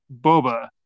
Boba